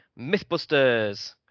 Mythbusters